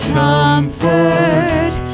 comfort